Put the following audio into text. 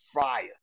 fire